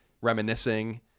reminiscing